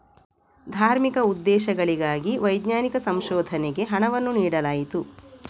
ಧಾರ್ಮಿಕ ಉದ್ದೇಶಗಳಿಗಾಗಿ ವೈಜ್ಞಾನಿಕ ಸಂಶೋಧನೆಗೆ ಹಣವನ್ನು ನೀಡಲಾಯಿತು